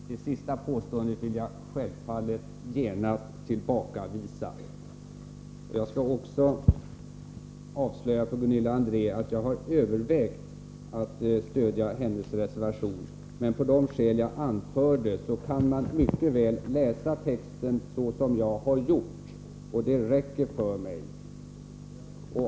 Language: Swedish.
Herr talman! Det sista påståendet vill jag självfallet genast tillbakavisa. Jag skall också avslöja för Gunilla André att jag har övervägt att stödja hennes reservation, men på de skäl jag anfört kan man mycket väl läsa texten så som jag har gjort, och det räcker för mig.